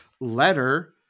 letter